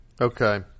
Okay